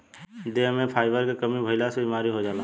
देह में फाइबर के कमी भइला से बीमारी हो जाला